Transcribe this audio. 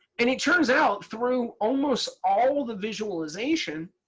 and it turns out through almost all the visualization